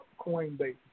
Coinbase